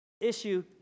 issue